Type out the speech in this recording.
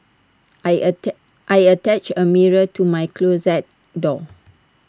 I attack attached A mirror to my closet door